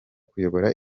kuyobora